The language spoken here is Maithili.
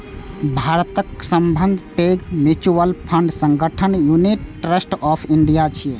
भारतक सबसं पैघ म्यूचुअल फंड संगठन यूनिट ट्रस्ट ऑफ इंडिया छियै